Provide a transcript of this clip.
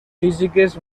físiques